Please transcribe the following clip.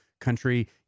country